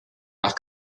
nach